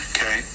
Okay